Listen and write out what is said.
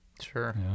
Sure